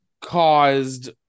caused